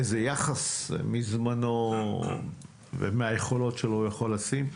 איזה יחס מזמנו ומהיכולות שלו הוא יכול לשים,